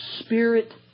Spirit